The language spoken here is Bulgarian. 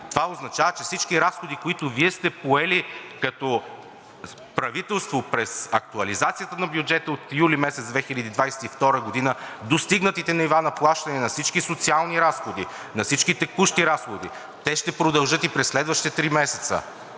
това означава, че всички разходи, които Вие сте поели като правителство през актуализацията на бюджета от юли месец 2022 г., достигнатите нива на плащания на всички социални разходи, на всички текущи разходи, те ще продължат и през следващите три месеца.